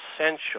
essential